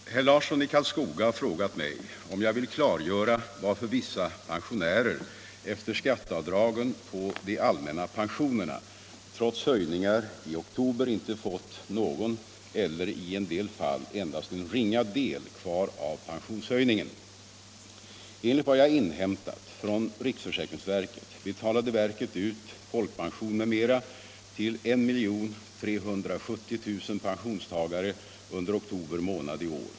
Fru talman! Herr Larsson i Karlskoga har frågat mig om jag vill klargöra varför vissa pensionärer efter skatteavdragen på de allmänna pensionerna trots höjningar i oktober inte fick någon eller i en del fall endast en ringa del kvar av pensionshöjningen. Enligt vad jag inhämtat från riksförsäkringsverket betalade verket ut folkpension m.m. till 1 370 000 pensionstagare under oktober månad i år.